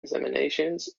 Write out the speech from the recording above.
examinations